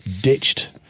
ditched